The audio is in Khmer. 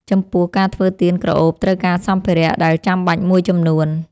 ចំពោះ ការធ្វើទៀនក្រអូបត្រូវការសម្ភារៈដែលចាំបាច់មួយចំនួន។